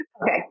okay